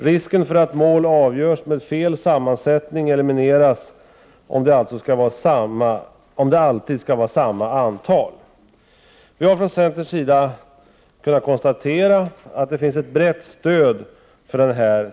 Risken för att mål avgörs med fel sammansättning elimineras om antalet alltid skall vara detsamma. Från centerns sida har vi kunnat konstatera att det finns ett brett stöd för vår linje.